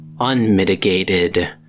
unmitigated